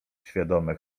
świadome